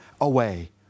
away